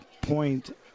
point